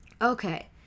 Okay